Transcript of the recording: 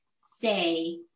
say